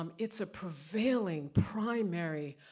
um it's a prevailing, primary,